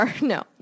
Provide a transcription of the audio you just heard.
No